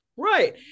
Right